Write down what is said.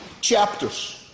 chapters